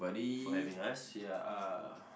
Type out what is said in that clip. for having us ya uh